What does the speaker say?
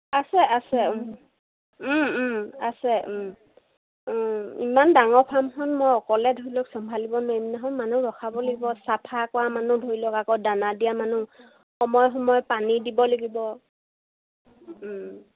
আছে আছে আছে ইমান ডাঙৰ ফাৰ্মখন মই অকলে ধৰি লওক চম্ভালিব নোৱাৰিম নহয় মানুহ ৰখাব লাগিব চাফা কৰা মানুহ ধৰি লওক আকৌ দানা দিয়া মানুহ সময় সময় পানী দিব লাগিব